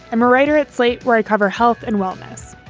i'm a writer at slate, where i cover health and wellness.